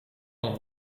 dan